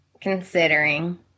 considering